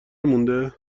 مونده